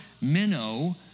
minnow